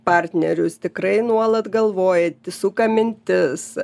partnerius tikrai nuolat galvoja suka mintis